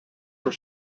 were